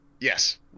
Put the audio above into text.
Yes